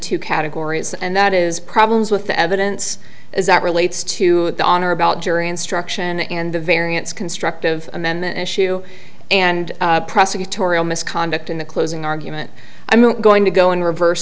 two categories and that is problems with the evidence as it relates to the honor about jury instruction and the variance constructive amendment issue and prosecutorial misconduct in the closing argument i'm going to go in reverse